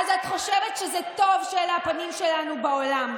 אז את חושבת שזה טוב שאלה הפנים שלנו בעולם.